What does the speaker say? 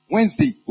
Wednesday